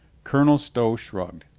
colonel stow shrugged.